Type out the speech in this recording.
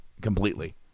completely